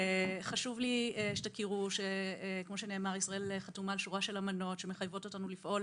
חשוב לי שתכירו שישראל חתומה על שורה של אמנות שמחייבות אותנו לפעול